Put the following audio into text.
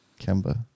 Kemba